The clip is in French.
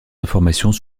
informations